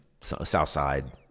Southside